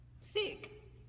sick